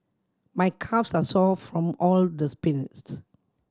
my calves are sore from all the sprints